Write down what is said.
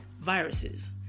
viruses